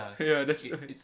that's why